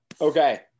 okay